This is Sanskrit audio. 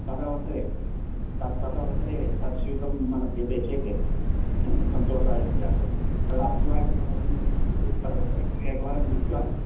तदवसरे तद् तदवसरे तत्सूतं मम लभ्यते चेत् सन्तोषाय स्यात् तद् अस्ति वा इति प्रथमं प्रथमं तद् एकवारं दृष्ट्वा